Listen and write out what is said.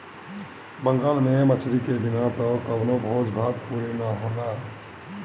बंगाल में मछरी के बिना त कवनो भोज भात पुरे ना होला